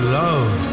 love